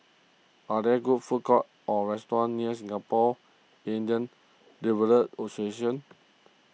are there good food courts or restaurants near Singapore Indian Develop Association